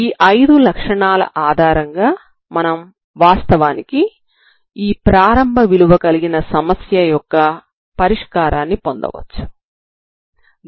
ఈ ఐదు లక్షణాల ఆధారంగా మనం వాస్తవానికి ఈ ప్రారంభం విలువ కలిగిన సమస్య యొక్క పరిష్కారాన్ని పొందవచ్చు సరేనా